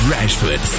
Rashford